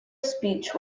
speech